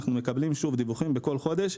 שוב, אנחנו מקבלים דיווחים בכל חודש.